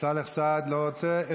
סאלח סעד, לא רוצה.